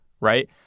right